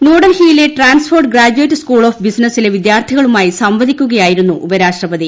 ന്യൂഡൽഹിയിലെ Stanford graduate school of ബിസിനസിലെ വിദ്യാർത്ഥികളുമായി സംവദിക്കുകയായിരുന്നു ഉപരാഷ്ട്രപതി